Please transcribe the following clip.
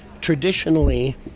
traditionally